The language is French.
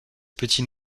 petits